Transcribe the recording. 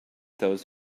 those